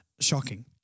Shocking